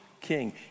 king